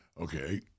Okay